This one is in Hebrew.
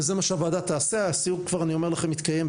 והבהירה לנו שהיא הולכת לשמור על רמת לימודים מאוד גבוהה,